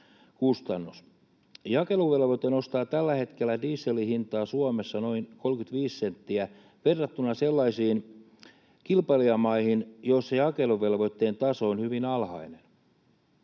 kustannus. Jakeluvelvoite nostaa tällä hetkellä dieselin hintaa Suomessa noin 35 senttiä verrattuna sellaisiin kilpailijamaihin, joissa jakeluvelvoitteen taso on hyvin alhainen.